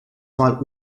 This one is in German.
mal